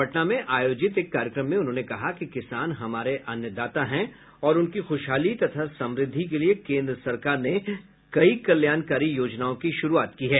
पटना में आयोजित एक कार्यक्रम में उन्होंने कहा कि किसान हमारे अन्नदाता हैं और उनकी खुशहाली तथा समृद्धि के लिये केन्द्र सरकार ने कई कल्याणकारी योजनाओं की शुरूआत की है